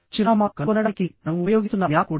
చిరునామాను కనుగొనడానికి మనం ఉపయోగిస్తున్న మ్యాప్ కూడా